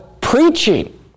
preaching